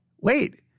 wait